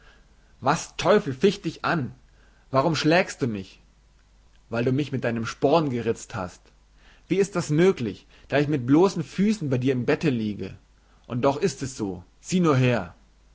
was teufel ficht dich an warum schlägst du mich weil du mich mit deinem sporn geritzt hast wie ist das möglich da ich mit bloßen füßen bei dir im bette liege und doch ist es so sieh nur her